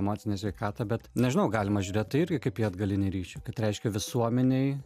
emocinę sveikatą bet nežinau galima žiūrėt tai irgi kaip į atgalinį ryšį kad reiškia visuomenei